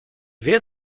wie